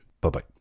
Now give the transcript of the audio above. Bye-bye